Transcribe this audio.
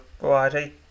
variety